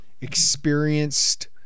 experienced –